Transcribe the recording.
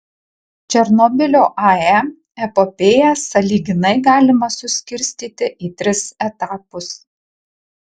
černobylio ae epopėją sąlyginai galima suskirstyti į tris etapus